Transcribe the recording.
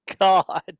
god